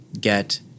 get